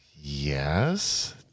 Yes